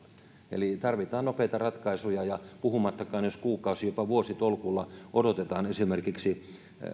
eli tarvitaan nopeita ratkaisuja puhumattakaan jos kuukausitolkulla jopa vuositolkulla odotetaan esimerkiksi